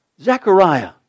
Zechariah